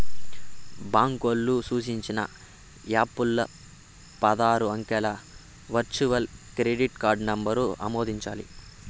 బాంకోల్లు సూచించిన యాపుల్ల పదారు అంకెల వర్చువల్ క్రెడిట్ కార్డు నంబరు ఆమోదించాలి